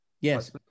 Yes